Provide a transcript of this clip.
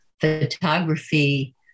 photography